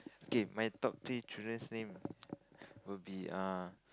okay my top three children's name will be err